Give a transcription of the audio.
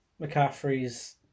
McCaffrey's